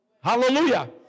Hallelujah